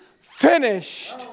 finished